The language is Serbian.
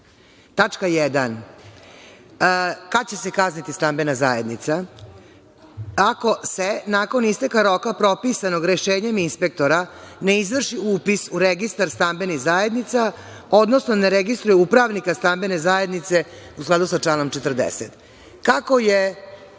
1) Kada će se kazniti stambena zajednica – ako se nakon isteka roka propisanog rešenjem inspektora ne izvrši upis u registar stambenih zajednica, odnosno ne registruje upravnika stambene zajednice, u skladu sa članom 40.Kako je